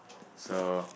so